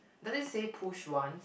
does it say push one